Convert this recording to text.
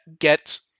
get